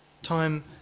Time